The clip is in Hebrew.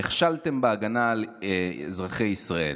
נכשלתם בהגנה על אזרחי ישראל.